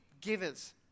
givers